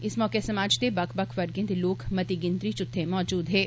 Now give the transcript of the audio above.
इस मौके समाज दे बक्ख बक्ख वर्गे दे लोक मती गिनतरी च मौजूद हे